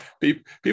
people